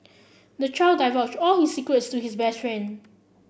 the child divulged all his secrets to his best friend